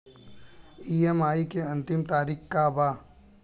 EMI के अंतिम तारीख का बा?